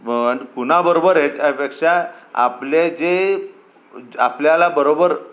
one कुणाबरोबर ह्याच्यापेक्षा आपले जे आपल्याला बरोबर